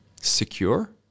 secure